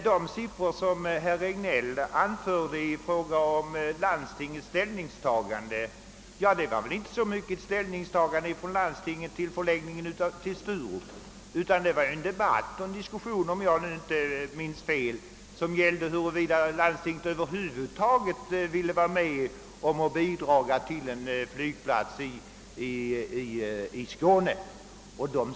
De siffror som herr Regnéll anförde beträffande landstingets ställningstagande gällde väl inte så mycket ställningstagandet till förläggningen av flygfältet till Sturup, utan diskussionen rörde, om jag nu inte minns fel, huruvida landstinget över huvud taget ville vara med och bidra till en flygplats i Skåne.